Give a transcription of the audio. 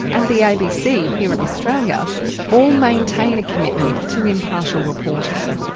and the abc here in australia all maintain a commitment to impartial reporting.